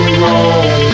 wrong